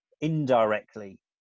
indirectly